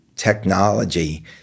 technology